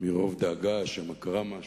מרוב דאגה שמא קרה משהו.